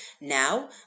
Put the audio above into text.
Now